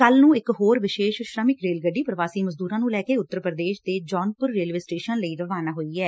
ਕੱਲ੍ਹ ਨੂੰ ਇਕ ਹੋਰ ਵਿਸ਼ੇਸ਼ ਸ੍ਮਿਕ ਰੇਲ ਗੱਡੀ ਪ੍ਵਾਸੀ ਮਜ਼ਦੂਰਾਂ ਨੂੰ ਲੈ ਕੇ ਉੱਤਰ ਪ੍ਦੇਸ਼ ਦੇ ਜੌਨਪੁਰ ਰੇਲਵੇ ਸਟੇਸ਼ਨ ਲਈ ਰਵਾਨਾ ਹੋਈ ਐ